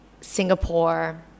Singapore